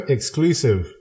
Exclusive